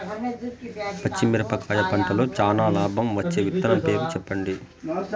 పచ్చిమిరపకాయ పంటలో చానా లాభం వచ్చే విత్తనం పేరు చెప్పండి?